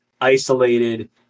isolated